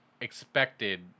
Expected